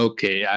Okay